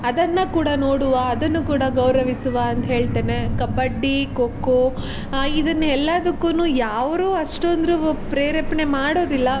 ಅದನ್ನು ಕೂಡ ನೋಡುವ ಅದನ್ನು ಕೂಡ ಗೌರವಿಸುವ ಅಂತ ಹೇಳ್ತೇನೆ ಕಬಡ್ಡಿ ಖೋ ಖೋ ಇದನ್ನೆಲ್ಲಾದುಕ್ಕೂನೂ ಯಾರು ಅಷ್ಟೊಂದು ಪ್ರೇರೇಪಣೆ ಮಾಡೋದಿಲ್ಲ